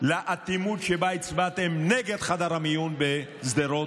לאטימות שבה הצבעתם נגד חדר המיון בשדרות.